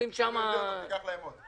להיפך, תיקח להם עוד.